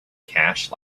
cash